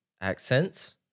accents